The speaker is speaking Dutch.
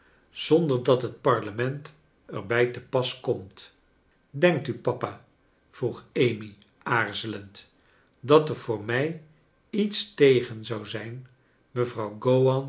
zonder dat het parlement er bij le pas komt denkt u papa vroeg amy aarzelend dat er voor mij iets tegen zou zijn mevrouw